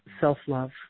self-love